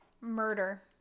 Murder